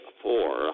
four